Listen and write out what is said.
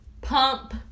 pump